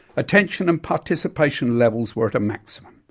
attention and participation levels were at a maximum,